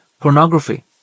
pornography